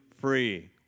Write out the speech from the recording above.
free